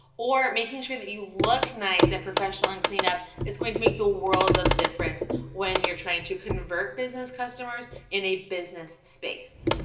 or making sure that you look nice and professional and cleaned up. it's going to make the world of difference when you're trying to convert business customers in a business space.